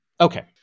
Okay